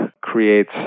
creates